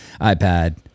ipad